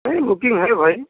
नहीं बुकिंग है भाई